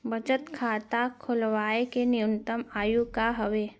बचत खाता खोलवाय के न्यूनतम आयु का हवे?